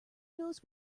knows